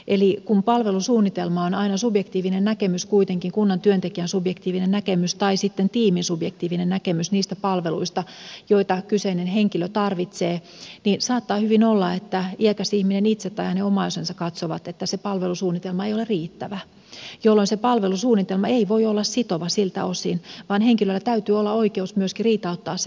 eli kun palvelusuunnitelma on kuitenkin aina subjektiivinen näkemys kunnan työntekijän subjektiivinen näkemys tai sitten tiimin subjektiivinen näkemys niistä palveluista joita kyseinen henkilö tarvitsee niin saattaa hyvin olla että iäkäs ihminen itse tai hänen omaisensa katsovat että se palvelusuunnitelma ei ole riittävä jolloin se palvelusuunnitelma ei voi olla sitova siltä osin vaan henkilöllä täytyy olla oikeus myöskin riitauttaa se palvelusuunnitelma